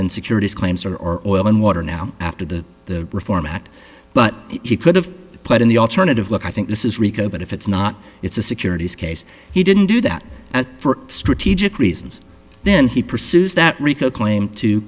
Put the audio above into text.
and securities claims are oil and water now after the the reform act but he could have put in the alternative look i think this is rico but if it's not it's a securities case he didn't do that for strategic reasons then he pursues that